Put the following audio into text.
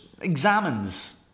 examines